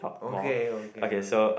okay okay okay